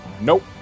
Nope